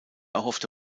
erhoffte